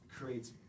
creates